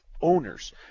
owners